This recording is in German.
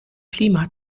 klima